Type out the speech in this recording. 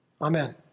Amen